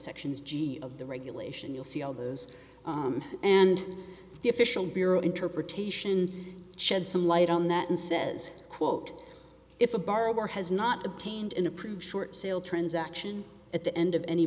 subsections g s of the regulation you'll see all those and the official bureau interpretation shed some light on that and says quote if a borrower has not obtained an approved short sale transaction at the end of any